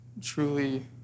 truly